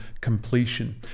completion